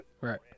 Right